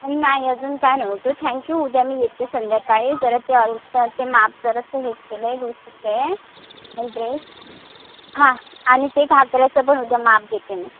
नाही अजून काय नव्हतं थँक्यू उद्या मी येते संध्याकाळी जरा ते अल्टर ते माप जरासं हे केलं आहे लूजच आहे ड्रेस हां आणि ते घागऱ्याचं पण उद्या माप देते मग